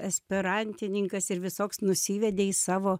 esperantininkas ir visoks nusivedė į savo